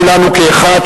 כולנו כאחד,